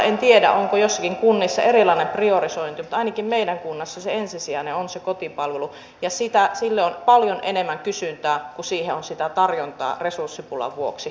en tiedä onko joissakin kunnissa erilainen priorisointi mutta ainakin meidän kunnassa se ensisijainen on se kotipalvelu ja sille on paljon enemmän kysyntää kuin siihen on sitä tarjontaa resurssipulan vuoksi tällä hetkellä